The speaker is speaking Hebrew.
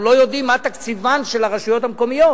לא יודעים מה תקציבן של הרשויות המקומיות.